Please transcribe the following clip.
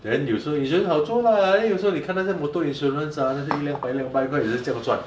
then 有时候你觉得好做 lah then 你看那些 motor insurance ah 那些一两一两百块也是这样赚